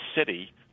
city